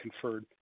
conferred